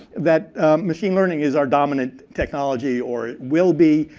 that machine learning is our dominant technology or it will be,